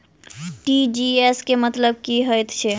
TGS केँ मतलब की हएत छै?